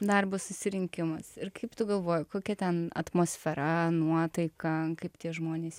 darbo susirinkimas ir kaip tu galvoji kokia ten atmosfera nuotaika kaip tie žmonės